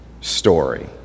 story